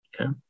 Okay